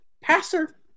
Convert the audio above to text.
passer